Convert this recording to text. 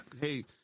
hey